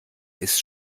ist